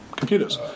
Computers